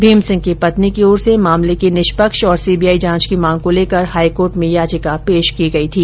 भीमसिंह की पत्नी की ओर से मामले की निष्पक्ष और सीबीआइ जांच की मांग को लेकर हाईकोर्ट में याचिका पेश की गई थी